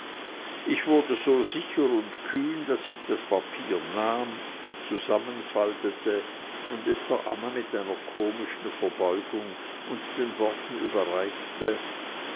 ich wurde so sicher und kühn daß ich das papier nahm zusammenfaltete und es der anna mit einer komischen verbeugung und den worten überreichte